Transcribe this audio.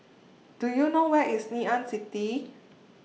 Do YOU know Where IS Ngee Ann City